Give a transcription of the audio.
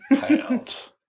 Pounds